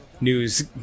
news